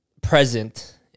present